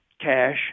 cash